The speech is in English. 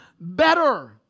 better